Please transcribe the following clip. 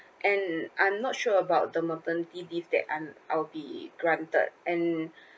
and I'm not sure about the maternity leave that un~ I'll be granted and